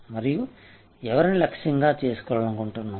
మరియు ఏవరిని లక్ష్యంగా చేసుకోవాలనుకుంటున్నాము